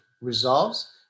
resolves